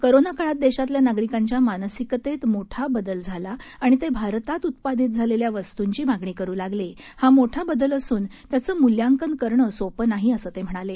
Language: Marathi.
कोरोनाकाळातदेशातल्यानागरिकांच्यामानसिकतेतमोठाबदलझाला आणितेभारतातउत्पादितझालेल्यावस्तुंचीमागणीकरूलागले हामोठाबदलअसून त्याचंमुल्यांकनकरणंसोपंनाहीअसंतेम्हणाले